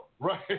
Right